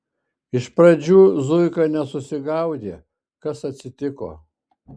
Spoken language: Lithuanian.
iš pradžių zuika nesusigaudė kas atsitiko